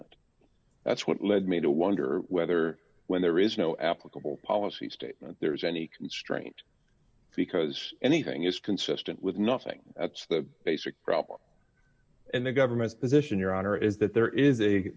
statement that's what led me to wonder whether when there is no applicable policy statement there's any constraint because anything is consistent with nothing that's the basic problem and the government's position your honor is that there is a